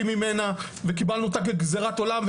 קיבלנו אותה כגזירת עולם.